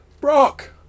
Brock